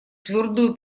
твердую